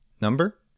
Number